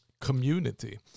community